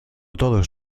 todos